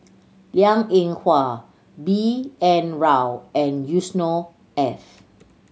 Liang Eng Hwa B N Rao and Yusnor Ef